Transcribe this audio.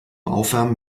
aufwärmen